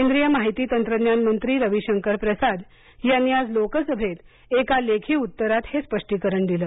केंद्रीय माहिती तंत्रज्ञान मंत्री रवी शंकर प्रसाद यांनी आज लोकसभेत एका लेखी उत्तरात हे स्पष्टीकरण दिलं